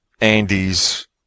Andy's